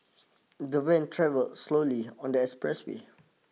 the van travelled slowly on the expressway